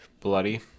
bloody